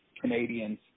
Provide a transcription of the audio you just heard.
Canadians